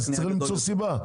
צריך למצוא סיבה.